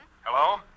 Hello